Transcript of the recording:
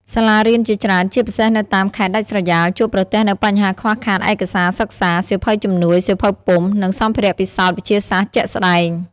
សាលារៀនជាច្រើន ជាពិសេសនៅតាមខេត្តដាច់ស្រយាល ជួបប្រទះនូវបញ្ហាខ្វះខាតឯកសារសិក្សា សៀវភៅជំនួយ សៀវភៅពុម្ព និងសម្ភារៈពិសោធន៍វិទ្យាសាស្ត្រជាក់ស្តែង។